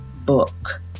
book